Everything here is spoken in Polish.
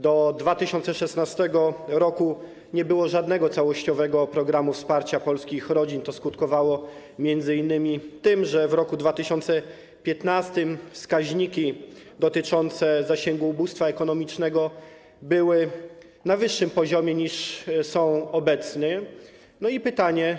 Do 2016 r. nie było żadnego całościowego programu wsparcia polskich rodzin, co skutkowało m.in. tym, że w roku 2015 wskaźniki dotyczące zasięgu ubóstwa ekonomicznego były na wyższym poziomie niż obecnie.